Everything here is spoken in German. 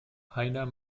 heiner